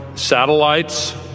satellites